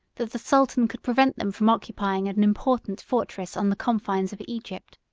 that the sultan could prevent them from occupying an important fortress on the confines of egypt.